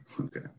Okay